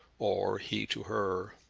or he to her.